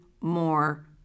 more